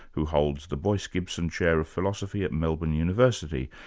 who holds the boyce gibson chair of philosophy at melbourne university.